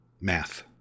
Math